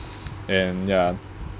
and ya